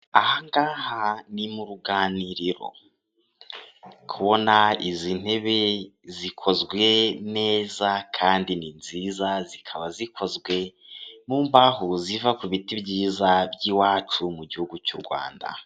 Aha ngaha ni mu ruganiriro kubona izi ntebe zikozwe neza kandi ni nziza, zikaba zikozwe mu mbaho ziva ku biti byiza by'iwacu mu gihugu cy'u Rwanda.